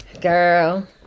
Girl